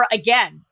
again